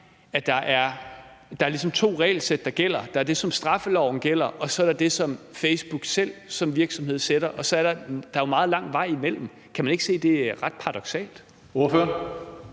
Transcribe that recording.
ligesom er to regelsæt, der gælder – der er det, som straffeloven dækker, og så er der det, som Facebook selv som virksomhed sætter op? Og der er jo meget lang vej imellem dem. Kan man ikke se, at det er ret paradoksalt? Kl.